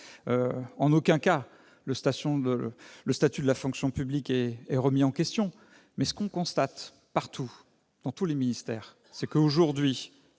En aucun cas, le statut de la fonction publique n'est remis en question, mais nous constatons partout, dans tous les ministères, qu'aujourd'hui